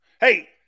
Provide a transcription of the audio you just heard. Hey